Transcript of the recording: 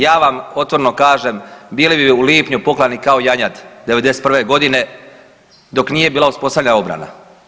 Ja vam otvoreno kažem, bili bi u lipnju poklani kao janjad 91. godine, dok nije bila uspostavljena obrana.